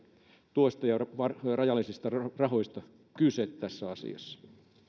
tuesta ja rajallisista rahoista kyse tässä asiassa